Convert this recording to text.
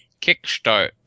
kickstart